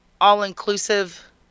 all-inclusive